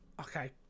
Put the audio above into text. okay